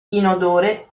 inodore